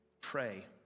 pray